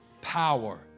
power